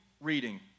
reading